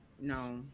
No